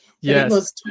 Yes